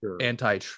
anti